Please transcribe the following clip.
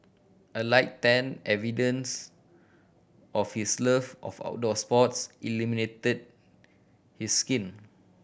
a light tan evidence of his love of outdoor sports illuminated his skin